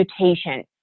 Mutation